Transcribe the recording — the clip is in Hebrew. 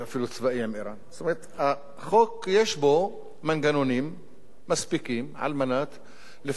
החוק יש בו מנגנונים מספיקים על מנת לפתור את הסוגיות האלו.